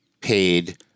paid